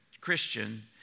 Christian